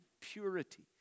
Purity